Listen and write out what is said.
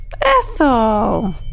Ethel